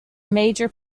major